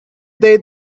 day